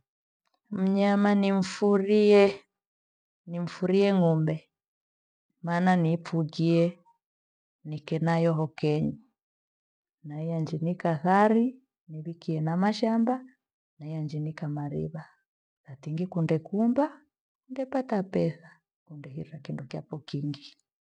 Mnyama nimfuriee, nimfurie ngo’umbe maana ni niifughie nikenayo hoo kenyi. Na yaninjika thari nivikie na mashamba nayanjinika mariva. Hatingi kunge kumba ndepata petha kundehira kindo kyaako kingi